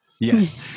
Yes